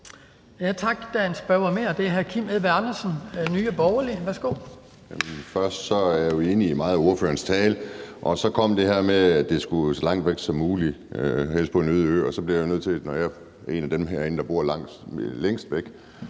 Tak. Der er en spørger mere, og det er hr. Kim Edberg Andersen, Nye Borgerlige. Værsgo. Kl. 12:16 Kim Edberg Andersen (NB): Først var jeg enig i meget af ordførerens tale, men så kom det her med, at det skulle så langt væk som muligt, helst på en øde ø. Så bliver jeg nødt til at høre, når nu jeg er en af dem herinde, der bor længst væk: